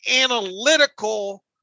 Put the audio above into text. analytical